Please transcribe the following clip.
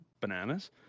bananas